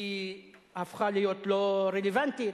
הפכה להיות לא רלוונטית.